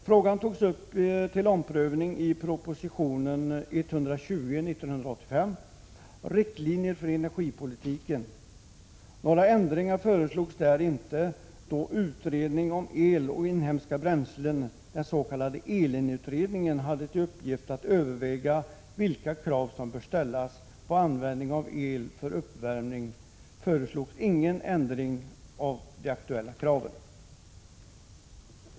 Frågan togs upp till omprövning i prop. 1984/85:120 Riktlinjer för energipolitiken. Då utredningen om el och inhemska bränslen, den s.k. ELIN-utredningen, hade till uppgift att överväga vilka krav som bör ställas på användningen av el för uppvärmning, föreslogs ingen ändring av de aktuella kraven.